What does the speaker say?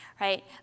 right